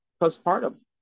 postpartum